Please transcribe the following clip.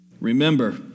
Remember